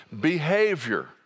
Behavior